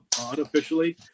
unofficially